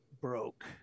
broke